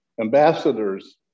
ambassadors